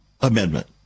Amendment